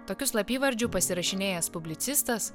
tokiu slapyvardžiu pasirašinėjęs publicistas